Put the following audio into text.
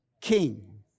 king